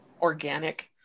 organic